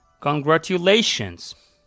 Congratulations